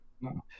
No